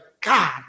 God